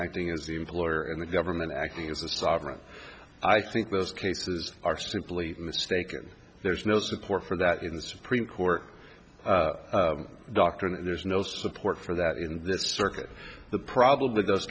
acting as the employer and the government acting as the sovereign i think those cases are simply mistaken there's no support for that in the supreme court doctrine and there's no support for that in this circuit the problem with those